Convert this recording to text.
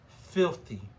filthy